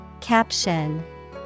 Caption